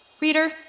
Reader